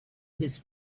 his